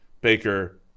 Baker